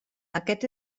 aquest